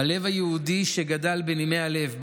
הלב היהודי שגדל בנימי הלב,